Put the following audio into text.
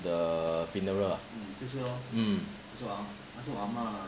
the funeral ah mm